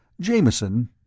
Jameson